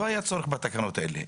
לא היה צורך בתקנות האלה.